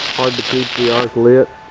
hard to keep the arc lit.